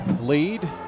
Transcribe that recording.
lead